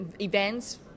events